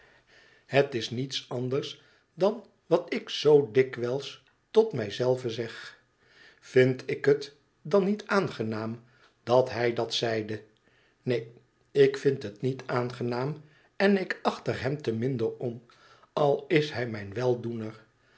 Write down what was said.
het is niets anders dan wat ik zoo dikwijls tot mij zelve zeg vind ik het dan niet aangenaam dat hij dat zeide neen ik vind het niet aangenaam en ik acht er hem te minder om al is hij mijn weldoener